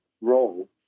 role